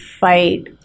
fight